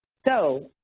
so,